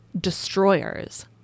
destroyers